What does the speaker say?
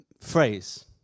phrase